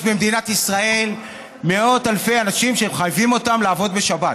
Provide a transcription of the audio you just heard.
יש במדינת ישראל מאות אלפי אנשים שמחייבים אותם לעבוד בשבת,